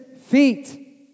feet